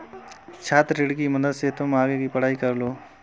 छात्र ऋण की मदद से तुम आगे की पढ़ाई कर लो